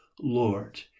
Lord